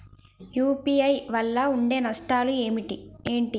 UPI వల్ల ఉండే నష్టాలు ఏంటి??